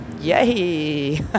Yay